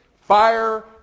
fire